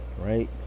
right